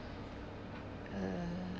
uh